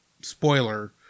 spoiler